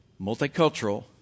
multicultural